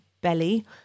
belly